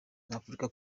afurika